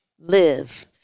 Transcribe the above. live